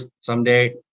someday